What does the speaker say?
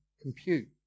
compute